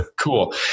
cool